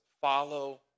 follow